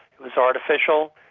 it was artificial.